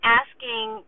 asking